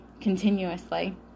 continuously